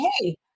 hey